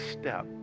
step